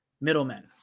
middlemen